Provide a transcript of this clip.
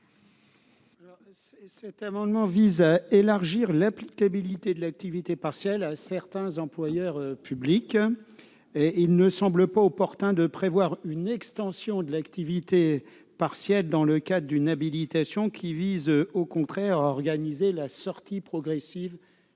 Cet amendement vise à élargir l'applicabilité de l'activité partielle à certains employeurs publics. Or il ne semble pas opportun de prévoir une extension de l'activité partielle dans le cadre d'une habilitation destinée, au contraire, à organiser la sortie progressive